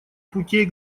путей